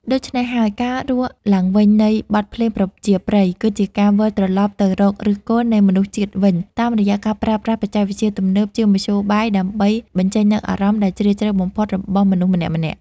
ដូច្នេះហើយ ការរស់ឡើងវិញនៃ បទភ្លេងប្រជាប្រិយ គឺជាការវិលត្រឡប់ទៅរកឫសគល់នៃមនុស្សជាតិវិញ តាមរយៈការប្រើប្រាស់បច្ចេកវិទ្យាទំនើបជាមធ្យោបាយដើម្បីបញ្ចេញនូវអារម្មណ៍ដែលជ្រាលជ្រៅបំផុតរបស់មនុស្សម្នាក់ៗ។